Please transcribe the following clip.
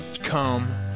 Come